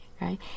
right